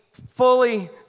fully